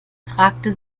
fragte